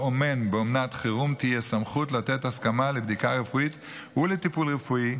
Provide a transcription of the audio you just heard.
לאומן באומנת חירום תהיה סמכות לתת הסכמה לבדיקה רפואית ולטיפול רפואי,